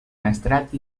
maestrat